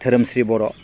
धोरोमस्रि बर'